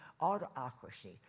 autocracy